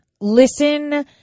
listen